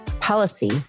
policy